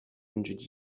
hundred